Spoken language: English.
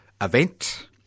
event